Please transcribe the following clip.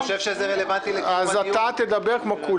אני חושב שזה רלוונטי לקיום הדיון.